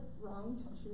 wrong